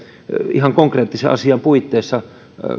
ihan konkreettisen asian puitteissa